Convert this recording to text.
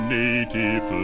native